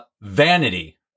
vanity